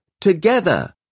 together